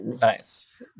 Nice